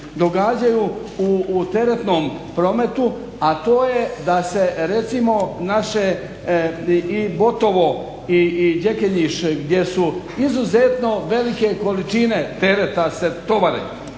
događaju u teretnom prometu, a to je da se recimo naše i Botovo i … gdje su izuzetno velike količine tereta se tovare.